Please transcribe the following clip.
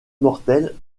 mortelle